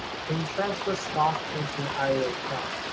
can you transfer stock into an ira account?